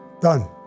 Done